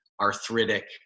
arthritic